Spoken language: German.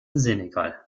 senegal